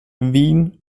wien